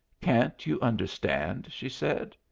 can't you understand? she said.